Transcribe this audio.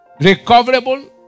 recoverable